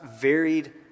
varied